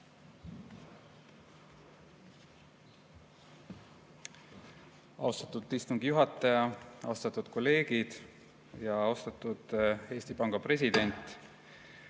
Austatud istungi juhataja! Austatud kolleegid! Austatud Eesti Panga president!